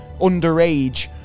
underage